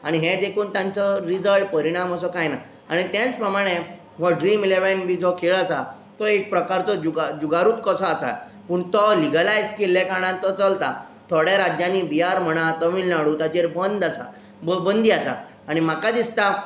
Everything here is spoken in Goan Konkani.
आनी हें देखून तांचो रिजळ परिणाम असो कांय ना आनी तेंच प्रमाणे वो ड्रीम इलॅवॅन बी जो खेळ आसा तो एक प्रकारचो जुगा जुगारूत कसो आसा पूण तो लिगलायज केल्ले कारणान तो चलता थोड्या राज्यांनी बिहार म्हणात तमिलनाडू ताचेर बंद आसा बंदी आसा आनी म्हाका दिसता